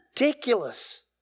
ridiculous